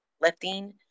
Lifting